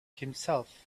himself